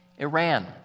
Iran